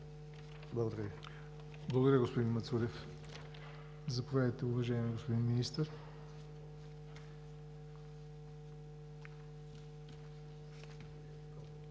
Благодаря Ви, господин Мацурев. Заповядайте, уважаеми господин Министър.